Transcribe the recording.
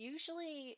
Usually